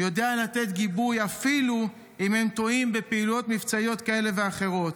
יודע לתת גיבוי אפילו אם הם טועים בפעילות מבצעיות כאלה ואחרות.